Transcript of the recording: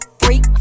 freak